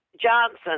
Johnson